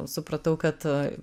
supratau kad